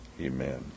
Amen